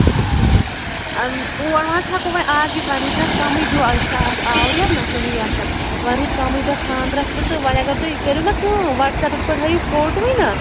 ٹھیٖک چھُ ٹھیٖک اور مہٕ حظ ہٮ۪کو وۄنۍ آز یِتھ وۄنۍ روٗد نہٕ حظ کَمٕے دۄہ أسۍ چھِ آز آوٕریر نہ صحیح آسان وۄنۍ روٗد کٔمٕے دۄہ خانٛدرَس تہِ تہِ وۄنۍ اگر تُہۍ کٔرِو نہ کٲم وٹسیپَس پٮ۪ٹھ ہٲیِو فوٹوٕے نا